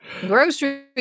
Grocery